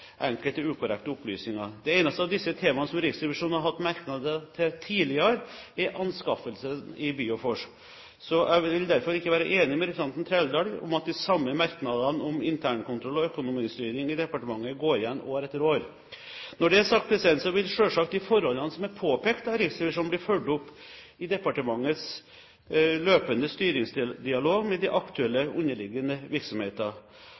enkelte ukorrekte opplysninger. Det eneste av disse temaene som Riksrevisjonen har hatt merknader til tidligere, er anskaffelsene i Bioforsk. Jeg vil derfor ikke være enig med representanten Trældal i at de samme merknader om internkontroll og økonomistyring i departementet går igjen år etter år. Når det er sagt, vil selvsagt de forholdene som er påpekt av Riksrevisjonen, bli fulgt opp i departementets løpende styringsdialog med de aktuelle underliggende virksomheter.